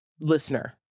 listener